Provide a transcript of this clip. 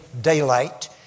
daylight